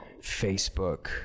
Facebook